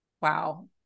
Wow